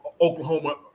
Oklahoma